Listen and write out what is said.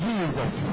Jesus